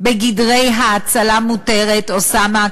בגדרי ההאצלה המותרת" אוסאמה,